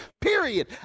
period